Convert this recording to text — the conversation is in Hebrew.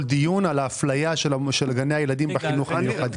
דיון על האפליה של גני הילדים בחינוך המיוחד.